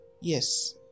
yes